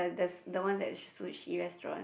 like there's the ones at sushi restaurant